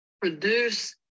produce